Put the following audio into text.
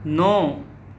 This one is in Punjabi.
ਨੌ